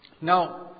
now